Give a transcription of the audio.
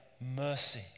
mercy